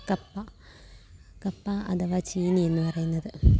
കപ്പ കപ്പ അഥവാ ചീനി എന്ന് പറയുന്നത്